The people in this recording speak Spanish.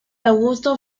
augusto